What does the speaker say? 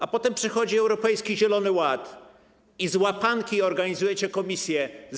A potem przychodzi Europejski Zielony Ład i z łapanki organizujecie komisję.